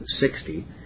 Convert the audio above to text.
sixty